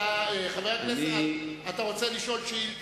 אתה רוצה לשאול שאילתא?